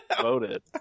voted